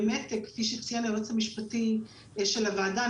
כפי שציין היועץ המשפטי לוועדה,